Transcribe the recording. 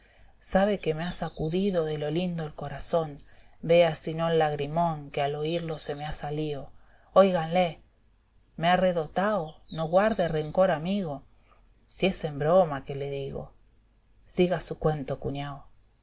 sabe que me ha sacudido de lo lindo el corazón vea sino el lagrimón que al oirlo se me ha salido óiganle me ha redotao no guarde rencor amigo si es en broma que le digo siga su cuento cuñao